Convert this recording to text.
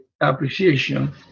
appreciation